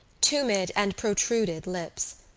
tumid and protruded lips.